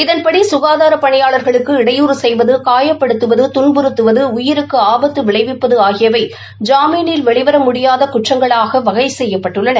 இதன்படி ககாதார பணியாளா்களுக்கு இடையூறு செய்வது காயப்படுத்துவது துன்புறத்துவது உயிருக்கு ஆபத்து விளைவிப்பது ஆகியவை ஜாமீனில் வெளிவர முடியாத குற்றங்களாக வகை செய்யப்பட்டுள்ளன